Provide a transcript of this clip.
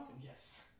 Yes